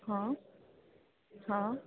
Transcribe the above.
હઁ હઁ